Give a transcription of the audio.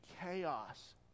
chaos